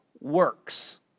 works